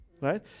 right